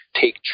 take